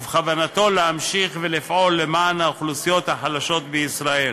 ובכוונתו להמשיך ולפעול למען האוכלוסיות החלשות בישראל.